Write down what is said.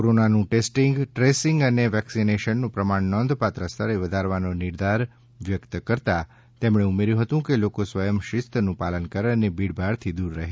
કોરોનાનું testing tracing અને વેક્સિનેશનનું પ્રમાણ નોંધપાત્ર સ્તરે વધારવાનો નિર્ધાર વ્યક્ત કરતાં તેમણે ઉમેર્યું હતું કે લોકો સ્વયંશિસ્તનું પાલન કરે અને ભીડભાડથી દૂર રહે